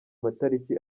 matariki